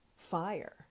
fire